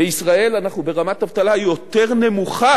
בישראל אנחנו ברמת אבטלה יותר נמוכה